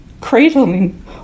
cradling